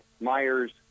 Myers